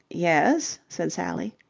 yes? said sally.